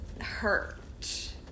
hurt